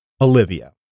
Olivia